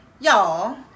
Y'all